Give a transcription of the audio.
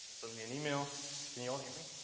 send me an email can you hear me